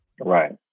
Right